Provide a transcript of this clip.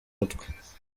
mutwe